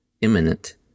imminent